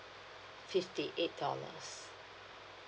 fifty eight dollars